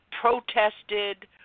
protested